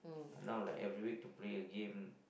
but now like every week to play a game